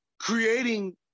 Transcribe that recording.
creating